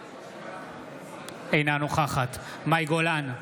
אינה נוכחת מאי גולן,